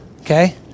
okay